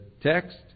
text